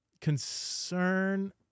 concern